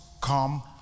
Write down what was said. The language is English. come